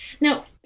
now